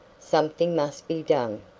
something must be done,